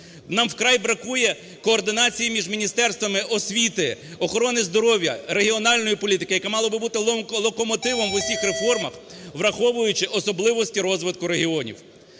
Нам вкрай бракує координації між міністерствами освіти, охорони здоров'я, регіональної політики, яка мала би бути локомотивом в усіх реформах, враховуючи особливості розвитку регіонів.